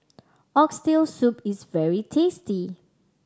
Oxtail Soup is very tasty